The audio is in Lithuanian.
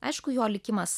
aišku jo likimas